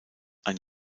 ein